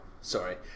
Sorry